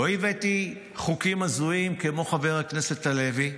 לא הבאתי חוקים הזויים כמו חבר הכנסת הלוי,